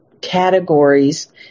categories